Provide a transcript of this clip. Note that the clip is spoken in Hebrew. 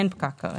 אין פקק כרגע.